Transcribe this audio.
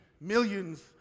millions